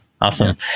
Awesome